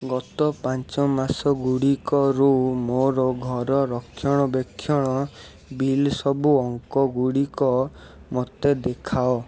ଗତ ପାଞ୍ଚ ମାସ ଗୁଡ଼ିକରୁ ମୋର ଘର ରକ୍ଷଣବେକ୍ଷଣ ବିଲ୍ ସବୁ ଅଙ୍କ ଗୁଡ଼ିକ ମୋତେ ଦେଖାଅ